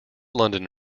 london